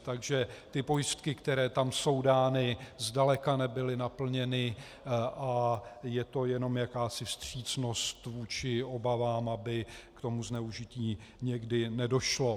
Takže pojistky, které tam jsou dány, zdaleka nebyly naplněny a je to jenom jakási vstřícnost vůči obavám, aby ke zneužití někdy nedošlo.